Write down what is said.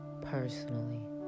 personally